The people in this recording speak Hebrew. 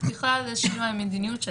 בכלל לאישור המדיניות שלהם.